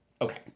Okay